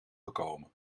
gekomen